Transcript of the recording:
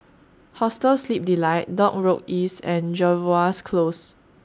Hostel Sleep Delight Dock Road East and Jervois Close